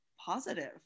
positive